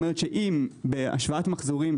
כלומר אם בהשוואת מחזורים,